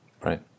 right